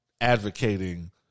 advocating